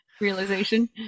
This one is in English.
realization